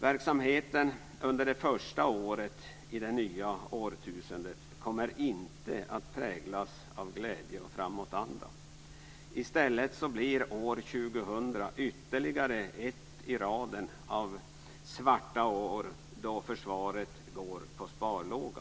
Verksamheten under det första året i det nya årtusendet kommer inte att präglas av glädje och framåtanda. I stället blir år 2000 ytterligare ett i raden av svarta år då försvaret går på sparlåga.